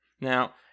Now